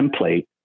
template